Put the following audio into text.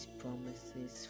promises